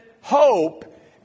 hope